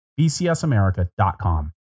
bcsamerica.com